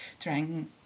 trying